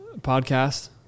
podcast